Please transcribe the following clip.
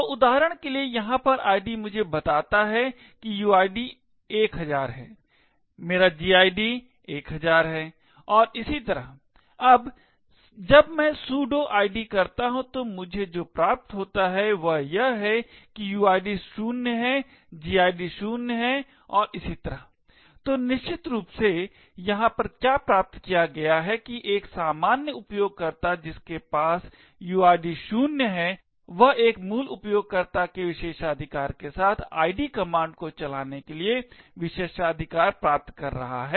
तो उदाहरण के लिए यहाँ पर आईडी मुझे बताता है कि uid 1000 है मेरा gid 1000 और इसी तरह अब जब मैं sudo id करता हूं तो मुझे जो प्राप्त होता है वह यह है कि uid 0 है gid 0 है और इसी तरह तो निश्चित रूप से यहाँ पर क्या प्राप्त किया गया है कि एक सामान्य उपयोगकर्ता जिसके पास uid 0 है वह एक मूल उपयोगकर्ता के विशेषाधिकार के साथ id कमांड को चलाने के लिए विशेषाधिकार प्राप्त कर रहा है